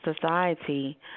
society